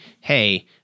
hey